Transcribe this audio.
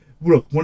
Look